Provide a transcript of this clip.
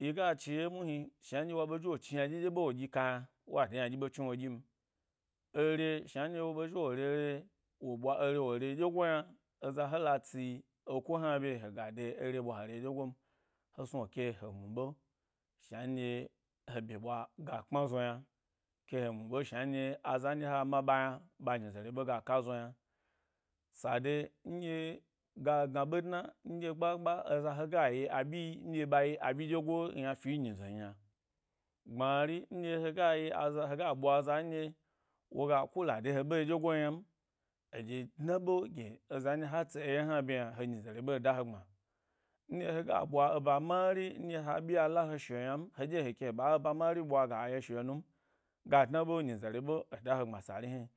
yiga chiwye muhni, shna nɗye wo ɓe zhi wo chni. Ynadyi ɗye ɓe wo dyi ka yna wa de ynaɗyi ɓe chni wo ɗyim. Ere, shna nɗye wo ɓe zhi wo re’re wo ɓwa ere wo re ɗye go tna, eza hela tsi eko hna ɓye hega de era ɓwa he re ɗyegom. He snu he ke he mu’ɓ sa nɗye he ɓye wa ga kpma zo yna, ke he mu’ e aza nɗye ha ma ɓa yna ɓa nyize re ɓa g aka zo yna. Sade nɗye-ga gna ɓe dna nɗye gba gba, eza hega yi aɗyi nɗye ɓa yi aɓyi ɗye go yna fi nyi ze yna. Gbmari, nɗye hega yi aza, hega ɓwa aza nɗye woga kula de he ɓe ɗyego yna ni eɗye dna ɓe gye eza nɗye wa tsi eye hna ɓye hna he nyize re ɓ e da he gbma nɗye hega ɓwa eba mari nɗye ha aɓyi a la he shi’o ynam, heɗye he ke ɓa e ba mari ɓwa ga ye shi’o num ga dna ɓe nyizere ɓe e dahe gbma sari hna yi.